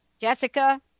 jessica